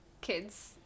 kids